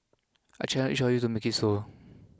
I challenge each of you to make it so